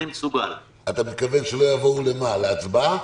אתה מתכוון שלא יבואו להצבעה?